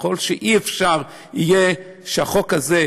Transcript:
וככל שאי-אפשר יהיה שהחוק הזה,